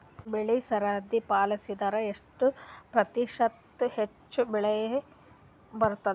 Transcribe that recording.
ಬೆಳಿ ಸರದಿ ಪಾಲಸಿದರ ಎಷ್ಟ ಪ್ರತಿಶತ ಹೆಚ್ಚ ಬೆಳಿ ಬರತದ?